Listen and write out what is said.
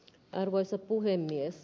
arvoisa puhemies